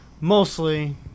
mostly